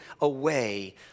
away